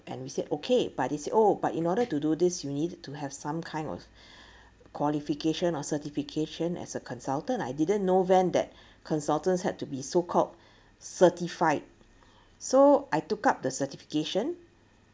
and we said okay but he says oh but in order to do this you need to have some kind of qualification or certification as a consultant I didn't know then that consultants had to be so called certified so I took up the certification